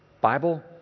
Bible